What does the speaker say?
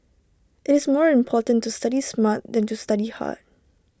IT is more important to study smart than to study hard